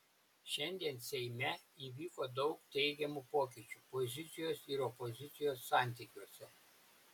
šiandien seime įvyko daug teigiamų pokyčių pozicijos ir opozicijos santykiuose